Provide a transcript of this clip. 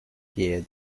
piede